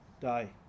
die